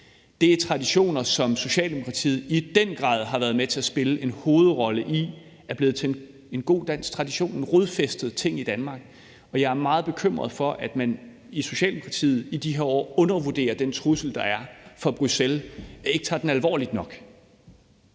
Det er traditioner, som Socialdemokratiet i den grad har været med til at spille en hovedrolle i er blevet til en god dansk tradition, en rodfæstet ting i Danmark. Og jeg er meget bekymret for, at man i Socialdemokratiet i de her år undervurderer den trussel, der er fra Bruxelles, og ikke tager den alvorligt nok.